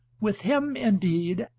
with him indeed,